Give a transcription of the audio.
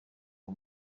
uwo